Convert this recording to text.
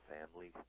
Family